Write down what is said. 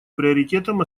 приоритетом